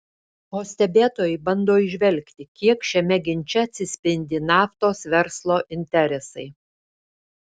o stebėtojai bando įžvelgti kiek šiame ginče atsispindi naftos verslo interesai